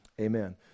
Amen